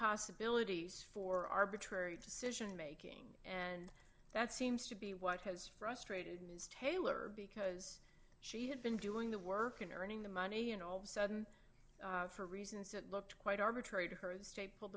possibilities for arbitrary decision making and that seems to be what has frustrated ms taylor because she had been doing the work and earning the money and all of a sudden for reasons that looked quite arbitrary to her state pulled